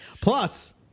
Plus